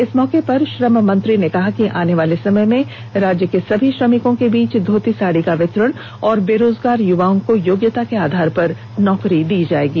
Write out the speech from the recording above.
इस मौके पर श्रम मंत्री सत्यानंद भोक्ता ने कहा कि आने वाले समय में राज्य के सभी श्रमिकों के बीच धोती साड़ी का वितरण और सभी बेरोजगार युवकों को योग्यता के आधार पर नौकरी दी जायेगी